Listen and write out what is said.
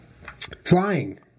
Flying